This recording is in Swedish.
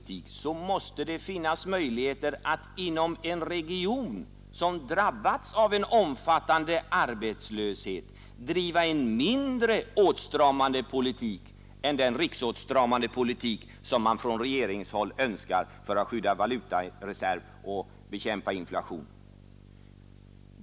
Men det måste finnas möjligheter att inom en region, som drabbats av en omfattande arbetslöshet, driva en mindre åtstramande politik än den riksåtstramande politik som man från regeringshåll önskar för att skydda valutareserv och bekämpa inflation.